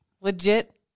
legit